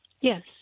Yes